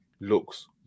looks